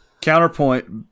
counterpoint